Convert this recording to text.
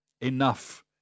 enough